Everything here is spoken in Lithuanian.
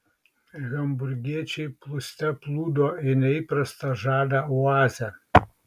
hamburgiečiai plūste plūdo į neįprastą žalią oazę